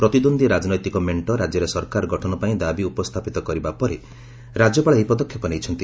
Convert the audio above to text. ପ୍ରତିଦ୍ୱନ୍ଦ୍ୱୀ ରାଜନୈତିକ ମେଣ୍ଟ ରାଜ୍ୟରେ ସରକାର ଗଠନ ପାଇଁ ଦାବି ଉପସ୍ଥାପିତ କରିବା ପରେ ରାଜ୍ୟପାଳ ଏହି ପଦକ୍ଷେପ ନେଇଛନ୍ତି